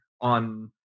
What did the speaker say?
on